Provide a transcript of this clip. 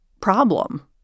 problem